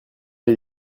les